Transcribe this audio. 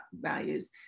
values